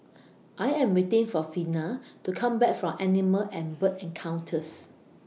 I Am waiting For Vina to Come Back from Animal and Bird Encounters